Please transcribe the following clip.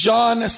John